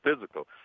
physical